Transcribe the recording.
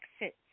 exit